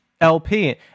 LP